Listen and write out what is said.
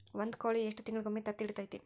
ಒಂದ್ ಕೋಳಿ ಎಷ್ಟ ತಿಂಗಳಿಗೊಮ್ಮೆ ತತ್ತಿ ಇಡತೈತಿ?